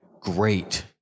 great